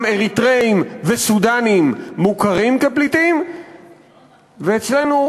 אריתריאים וסודאנים מוכרים כפליטים ואצלנו,